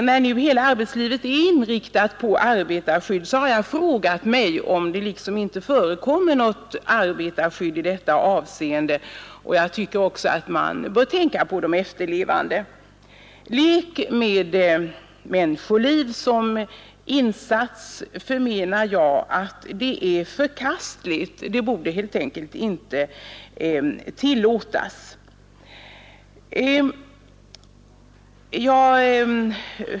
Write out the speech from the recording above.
När nu hela arbetslivet är inriktat på arbetarskydd har jag frågat mig, om det inte förekommer något arbetarskydd i detta avseende. Jag tycker också att man bör tänka på de efterlevande. Lek med människoliv som insats menar jag är något förkastligt, som inte borde tillåtas.